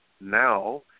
now